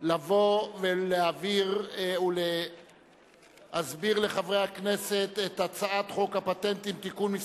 לבוא ולהבהיר ולהסביר לחברי הכנסת את הצעת חוק הפטנטים (תיקון מס'